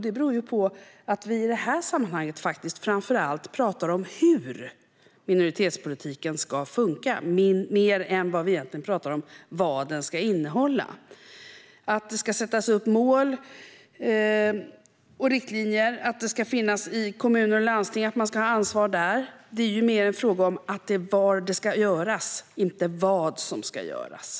Det beror på att vi i det här sammanhanget framför allt pratar om hur minoritetspolitiken ska funka snarare än om vad den ska innehålla. Det ska sättas upp mål och riktlinjer. Man ska ha ansvaret i kommuner och landsting. Men det är mest en fråga om att det ska göras, inte om vad som ska göras.